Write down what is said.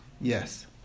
Yes